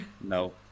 No